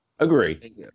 Agree